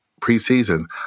pre-season